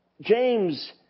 James